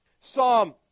Psalm